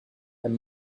and